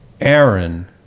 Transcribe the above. Aaron